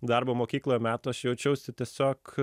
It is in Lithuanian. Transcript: darbo mokykloje metų aš jaučiausi tiesiog